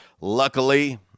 Luckily